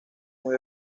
muy